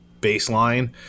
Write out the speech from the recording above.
baseline